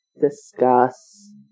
discuss